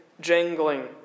jangling